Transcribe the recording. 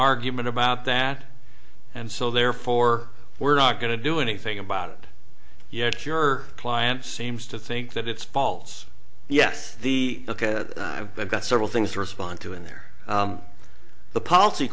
argument about that and so therefore we're not going to do anything about it yet your client seems to think that it's false yes the ok i've got several things to respond to in there the policy